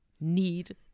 need